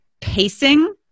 pacing